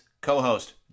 co-host